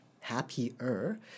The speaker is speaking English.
happier